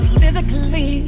physically